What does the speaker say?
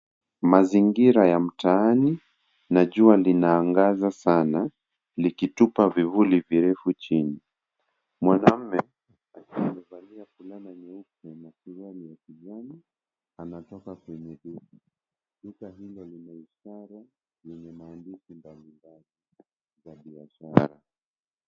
Mazingira ya mtaani na jua linaangaza sana likitupa vivuli vyeusi chini. Mwanamume amevalia fulana nyeupe na suruali ya kijani anatoka kwenye duka. Duka hilo lina ishara yenye maandishi mbalimbali ya biashara.